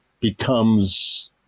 becomes